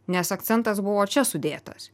nes akcentas buvo čia sudėtas